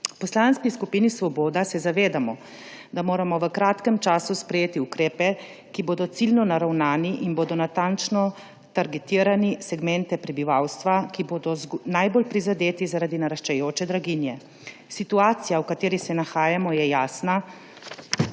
V Poslanski skupini Svoboda se zavedamo, da moramo v kratkem času sprejeti ukrepe, ki bodo ciljno naravnani in bodo natančno targetirali segmente prebivalstva, ki bodo najbolj prizadeti zaradi naraščajoče draginje. Situacija, v kateri se nahajamo, je jasna,